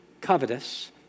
covetous